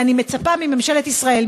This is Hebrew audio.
ואני מצפה מממשלת ישראל,